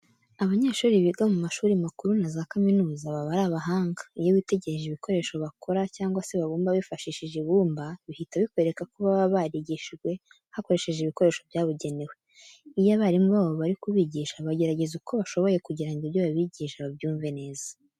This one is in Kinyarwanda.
Abanyeshuri biga mu mashuri makuru na za kaminuza baba ari abahanga. Iyo witegereje ibikoresho bakora cyangwa se babumba bifashishije ibumba, bihita bikwereka ko baba barigishijwe hakoreshejwe ibikoresho byabugenewe. Iyo abarimu babo bari kubigisha bagerageza uko bashoboye kugira ngo ibyo babigisha babyumve neza.